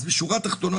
אז בשורה התחתונה,